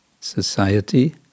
society